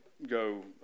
Go